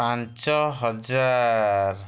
ପାଞ୍ଚ ହଜାର